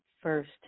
first